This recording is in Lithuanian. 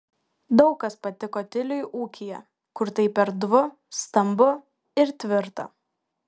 daug kas patiko tiliui ūkyje kur taip erdvu stambu ir tvirta